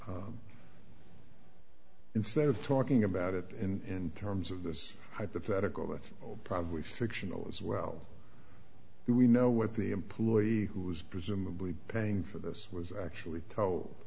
says instead of talking about it in terms of this hypothetical that's probably fictional as well we know what the employee who was presumably paying for this was actually